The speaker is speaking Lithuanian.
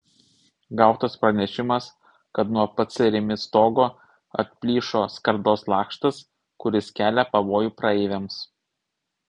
gautas pranešimas kad nuo pc rimi stogo atplyšo skardos lakštas kuris kelia pavojų praeiviams